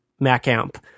Macamp